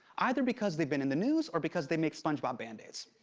either because they've been in the news or because they make spongebob band-aids.